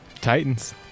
Titans